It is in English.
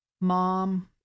mom